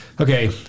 Okay